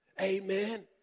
Amen